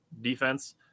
defense